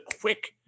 quick